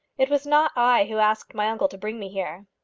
it was not i who asked my uncle to bring me here.